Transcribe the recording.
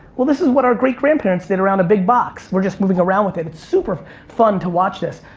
well, this is what our great-grandparents did around a big box. we're just moving around with it. it's super fun to watch this.